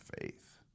faith